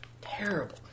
Terrible